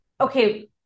Okay